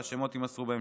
והשמות יימסרו בהמשך.